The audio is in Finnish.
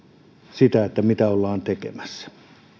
se mitä ollaan tekemässä